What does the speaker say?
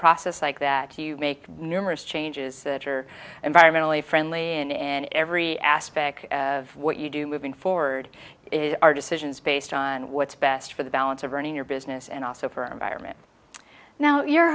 process like that you make numerous changes that are environmentally friendly and in every aspect of what you do moving forward is are decisions based on what's best for the balance of running your business and also for environment now your